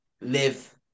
live